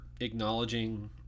acknowledging